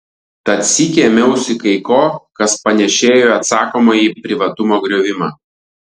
tad sykį ėmiausi kai ko kas panėšėjo į atsakomąjį privatumo griovimą